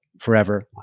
Forever